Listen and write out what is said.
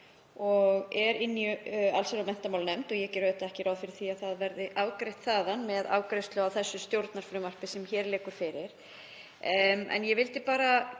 og er í allsherjar- og menntamálanefnd og ég geri auðvitað ekki ráð fyrir því að það verði afgreitt þaðan með afgreiðslu á því stjórnarfrumvarpi sem hér liggur fyrir en ég vildi bara geta